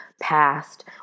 past